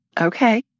Okay